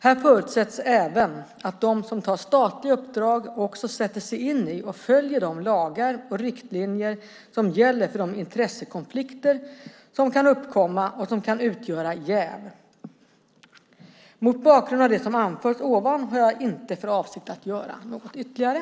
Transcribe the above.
Här förutsätts även att de som tar statliga uppdrag också sätter sig in i och följer de lagar och riktlinjer som gäller för de intressekonflikter som kan uppkomma och som kan utgöra jäv. Mot bakgrund av det som anförts ovan har jag inte för avsikt att göra något ytterligare.